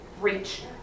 reach